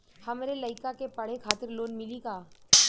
हमरे लयिका के पढ़े खातिर लोन मिलि का?